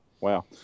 Wow